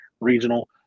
Regional